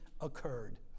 occurred